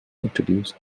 introduced